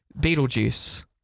Beetlejuice